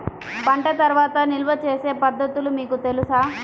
పంట తర్వాత నిల్వ చేసే పద్ధతులు మీకు తెలుసా?